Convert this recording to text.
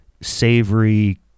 savory